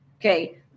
Okay